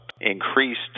increased